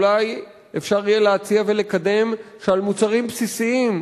אולי יהיה אפשר להציע ולקדם שעל מוצרים בסיסיים,